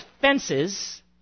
fences